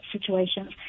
situations